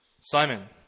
Simon